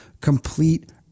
complete